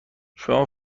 شما